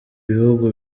bihugu